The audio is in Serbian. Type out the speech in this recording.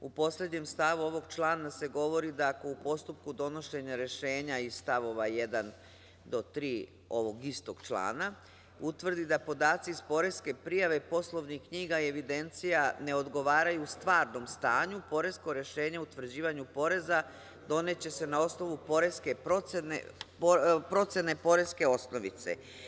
U poslednjem stavu ovog člana se govori da ako u postupku donošenja rešenja iz stavova 1. do 3. ovog istog člana utvrdi da podaci iz poreske prijave poslovnih knjiga i evidencija ne odgovaraju stvarnom stanju, poresko rešenje o utvrđivanju poreza doneće se na osnovu poreske procene, procene poreske osnovice.